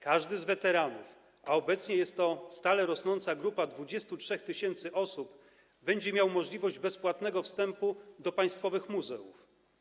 Każdy z weteranów, a obecnie jest to stale rosnąca grupa 23 tys. osób, będzie miał możliwość bezpłatnego wstępu do państwowych muzeów.